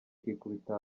ikikubita